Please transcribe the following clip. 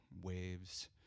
waves